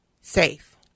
safe